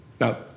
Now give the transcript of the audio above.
Now